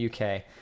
uk